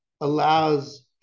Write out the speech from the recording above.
allows